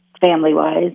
family-wise